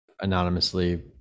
anonymously